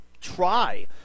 try